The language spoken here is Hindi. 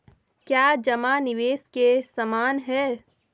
क्या जमा निवेश के समान है?